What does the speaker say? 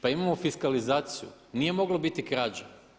Pa imamo fiskalizaciju, nije moglo biti krađe.